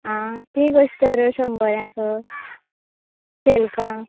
आं तीं कशी तर शंबराक शेमकां